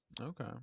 Okay